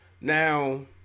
Now